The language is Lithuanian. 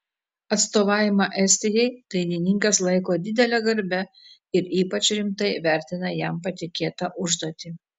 atstovavimą estijai dainininkas laiko didele garbe ir ypač rimtai vertina jam patikėtą užduotį